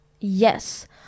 Yes